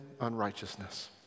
unrighteousness